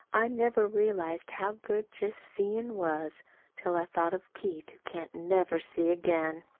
i never realized how good just seein' was till i thought of keith, who can't never see again.